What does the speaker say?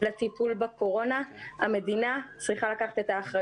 את הרציונל שמאחורי